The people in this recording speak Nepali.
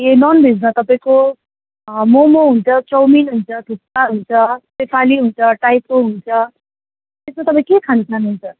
ए नन भेजमा तपाईँको मोमो हुन्छ चाउमिन हुन्छ थुक्पा हुन्छ स्याफाले हुन्छ टाइपो हुन्छ त्यसमा तपाईँ के खानु चाहनुहुन्छ